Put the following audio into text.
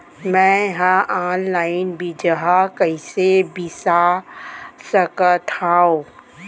मे हा अनलाइन बीजहा कईसे बीसा सकत हाव